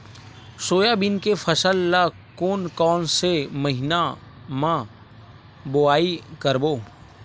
Soybean के फसल ल कोन कौन से महीना म बोआई करबो?